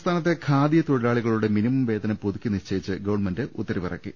സംസ്ഥാനത്തെ ഖാദി തൊഴിലാളികളുടെ മിനിമം വേതനം പുതുക്കി നിശ്ചയിച്ച് ഗവൺമെന്റ് ഉത്തരവിറക്കി